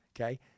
Okay